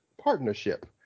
partnership